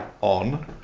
on